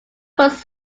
was